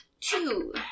Two